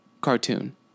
cartoon